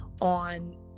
on